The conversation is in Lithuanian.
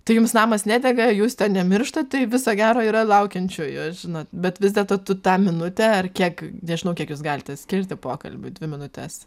tai jums namas nedega jus ten nemirštat tai viso gero yra laukiančiųjų žinot bet vis dėlto tu tą minutę ar kiek nežinau kiek jūs galite skirti pokalbiui dvi minutes